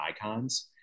icons